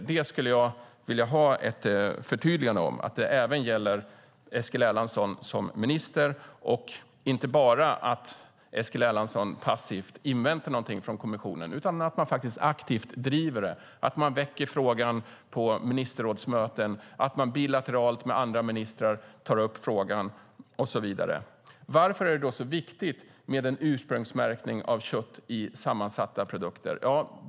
Jag skulle vilja ha ett förtydligande om att det även gäller Eskil Erlandsson som minister och att han inte bara passivt inväntar något från kommissionen utan aktivt driver det. Det handlar om att väcka frågan på ministerrådsmöten, om att bilateralt med andra ministrar ta upp frågan och så vidare. Varför är det då så viktigt med en ursprungsmärkning av kött i sammansatta produkter?